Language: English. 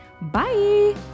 Bye